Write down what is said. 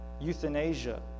euthanasia